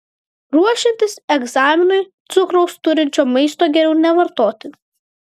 ruošiantis egzaminui cukraus turinčio maisto geriau nevartoti